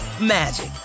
magic